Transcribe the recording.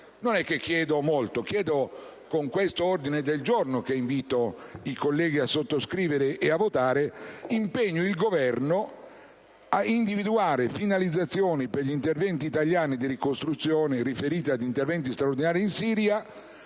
Non chiedo molto: con l'ordine del giorno G6.100, che invito i colleghi a sottoscrivere e votare, desidero impegnare il Governo ad individuare finalizzazioni per gli interventi italiani di ricostruzione riferiti ad interventi straordinari in Siria